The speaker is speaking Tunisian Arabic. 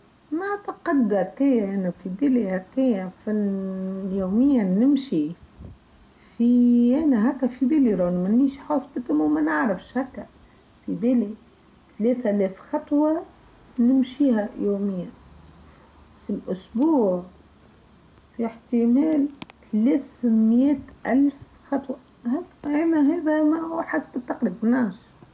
نعتقد بين في بيليا ببن في يوميا نمشي في أيان هاكا في بيليرون منيش حص بيتميمونت مانعرفش هاكا في بالي ثلاث آلاف خطوه نمشيها يوميا في الاسبوع في احتمال ثلاث ميئه ألف خطوه هاكا يإما هاذا ماحس بتقلتناش.